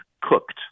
cooked